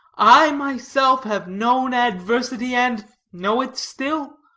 i myself have known adversity, and know it still.